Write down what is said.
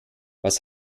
was